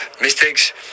mistakes